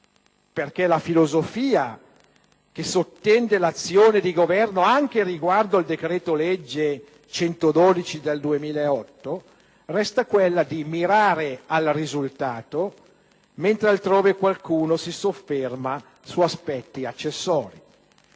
perché la filosofia che sottende l'azione di Governo anche riguardo al decreto-legge n. 112 del 2008 resta quella di mirare al risultato, mentre altrove qualcuno si sofferma su aspetti accessori.